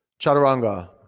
chaturanga